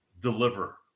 deliver